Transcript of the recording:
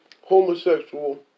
homosexual